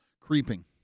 Creeping